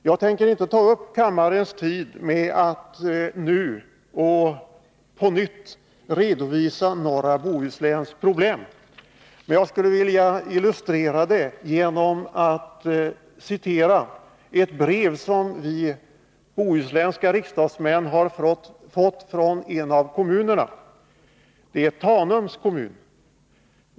Jag tänker inte ta upp kammarens tid med att nu, på nytt, redovisa norra Bohusläns problem, men jag skulle vilja illustrera dem genom att citera ett brev som vi bohuslänska riksdagsmän har fått från en av kommunerna, Tanums kommun.